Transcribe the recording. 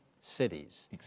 cities